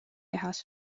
kehas